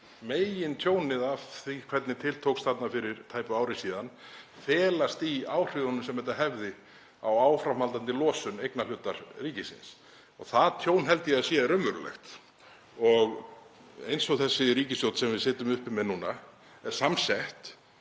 megintjónið af því hvernig til tókst þarna fyrir tæpu ári síðan felast í áhrifunum sem þetta hefði á áframhaldandi losun um eignarhlut ríkisins. Það tjón held ég að sé raunverulegt. Eins og þessi ríkisstjórn sem við sitjum uppi með núna er samsett